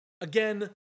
Again